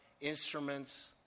instruments